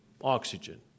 oxygen